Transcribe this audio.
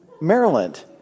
Maryland